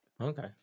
okay